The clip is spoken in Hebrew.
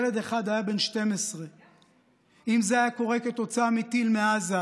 ילד אחד היה בן 12. אם זה היה קורה כתוצאה מטיל מעזה,